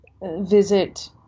visit